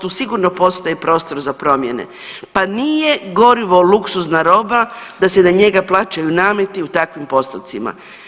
Tu sigurno postoji prostor za promjene, pa nije gorivo luksuzna roba da se na njega plaćaju nameti u takvim postocima.